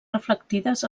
reflectides